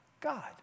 God